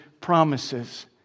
promises